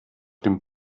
dem